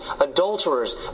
adulterers